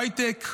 בהייטק,